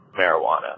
marijuana